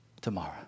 tomorrow